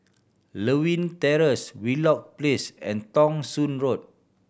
Lewin Terrace Wheelock Place and Thong Soon Road